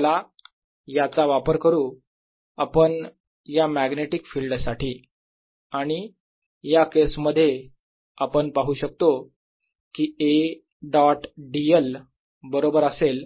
चला याचा वापर करू आपण या मॅग्नेटिक फिल्ड साठी आणि या केस मध्ये आपण पाहू शकतो की A डॉट dl बरोबर असेल